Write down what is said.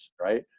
right